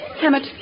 Hammett